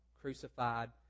crucified